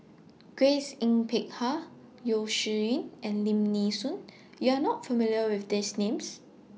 Grace Yin Peck Ha Yeo Shih Yun and Lim Nee Soon YOU Are not familiar with These Names